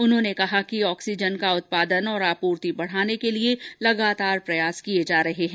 उन्होंने कहा कि ऑक्सीजन का उत्पादन और आपूर्ति बढ़ाने के लिए लगातार प्रयास किए जा रहे हैं